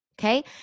okay